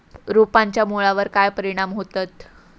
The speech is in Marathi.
रोपांच्या मुळावर काय परिणाम होतत?